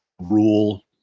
rule